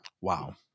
Wow